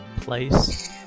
place